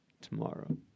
tomorrow